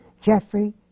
Jeffrey